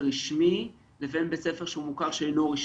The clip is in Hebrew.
רשמי לבין בית ספר שהוא מוכר שאינו רשמי.